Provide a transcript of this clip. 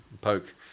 poke